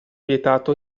vietato